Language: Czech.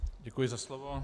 Děkuji za slovo.